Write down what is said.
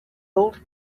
old